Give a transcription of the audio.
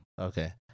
Okay